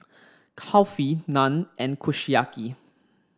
Kulfi Naan and Kushiyaki